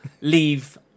leave